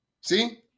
See